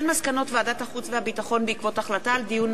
מסקנות ועדת החוץ והביטחון בנושא: